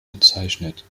bezeichnet